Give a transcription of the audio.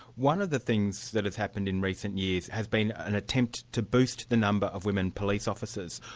one of the things that has happened in recent years has been an attempt to boost the number of women police officers.